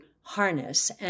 harness